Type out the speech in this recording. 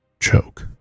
Choke